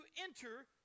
enter